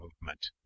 movement